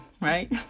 Right